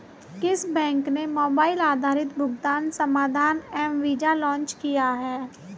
किस बैंक ने मोबाइल आधारित भुगतान समाधान एम वीज़ा लॉन्च किया है?